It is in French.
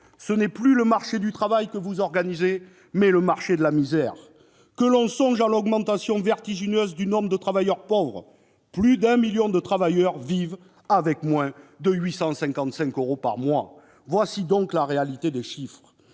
ce n'est plus le marché du travail ; c'est le marché de la misère ! Que l'on songe à l'augmentation vertigineuse du nombre de travailleurs pauvres : plus d'un million de travailleurs vivent avec moins de 855 euros par mois. Voilà donc la réalité des chiffres